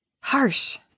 Harsh